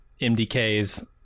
MDKs